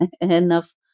enough